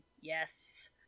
yes